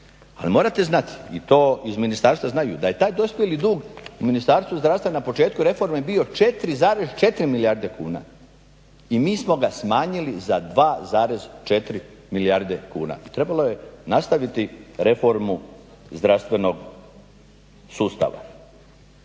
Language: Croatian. Ali morate znati i to iz ministarstva znaju, da je taj dospjeli dug u Ministarstvu zdravstva na početku reforme bio 4,4 milijarde kuna i mi smo ga smanjili za 2,4 milijarde kuna. Trebalo je nastaviti reformu zdravstvenog sustava.